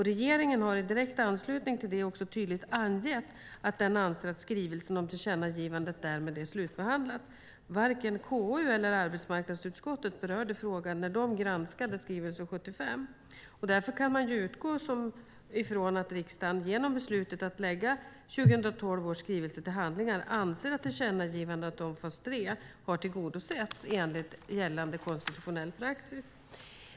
Regeringen har i direkt anslutning till det också tydligt angett att man anser att skrivelsen om tillkännagivandet därmed är slutbehandlat. Varken KU eller arbetsmarknadsutskottet berörde frågan när de granskade skrivelsen, och därför kan man utgå ifrån att riksdagen genom beslutet att lägga 2012 års skrivelse till handlingarna anser att tillkännagivandet om fas 3 har tillgodosetts enligt gällande konstitutionell praxis.